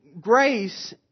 grace